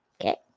Okay